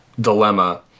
dilemma